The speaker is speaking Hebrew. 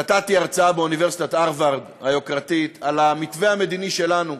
נתתי הרצאה באוניברסיטת הרווארד היוקרתית על המתווה המדיני שלנו,